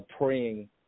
praying